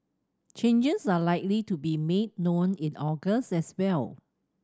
changes are likely to be made known in August as well